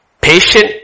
patient